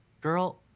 Girl